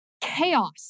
chaos